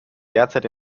derzeit